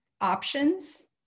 options